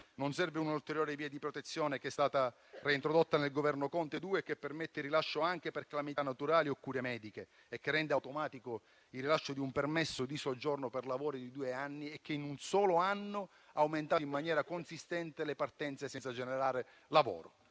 Non serve un'ulteriore via di protezione che, reintrodotta dal secondo Governo Conte, anche per calamità naturali o cure mediche rende automatico il rilascio di un permesso di soggiorno per lavoro di due anni, ma che in un solo anno ha aumentato in maniera consistente le partenze senza generare lavoro.